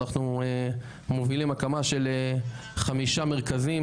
אנחנו מובילים הקמה של חמישה מרכזים,